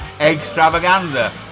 extravaganza